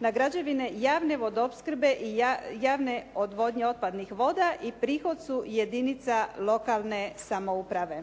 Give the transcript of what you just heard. na građevine javne vodoopskrbe i javne odvodnje otpadnih voda i prihod su jedinica lokalne samouprave.